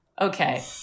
Okay